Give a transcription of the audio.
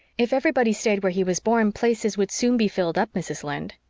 if everybody stayed where he was born places would soon be filled up, mrs. lynde.